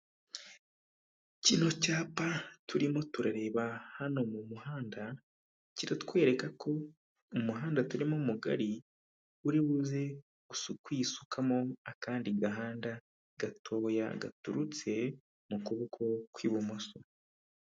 Kino cyapa turimo turareba hano mu muhanda, kiratwereka ko umuhanda turimo mugari uribuze kwisukamo akandi gahanda gatoya gaturutse mu kuboko kw'ibumoso.